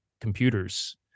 computers